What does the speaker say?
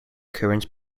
current